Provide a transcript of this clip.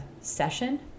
session